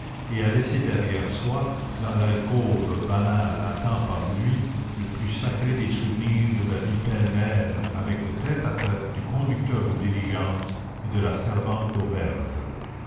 et à laisser derrière soi dans l'alcôve banale à tant par nuit le plus sacré des souvenirs de la vie pêle-mêle avec le tête-à-tête du conducteur de diligence et de la servante d'auberge